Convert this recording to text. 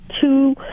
two